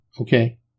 Okay